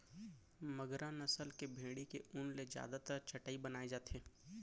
मगरा नसल के भेड़ी के ऊन ले जादातर चटाई बनाए जाथे